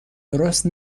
درست